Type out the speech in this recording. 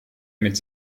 mit